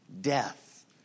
death